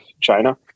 China